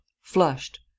flushed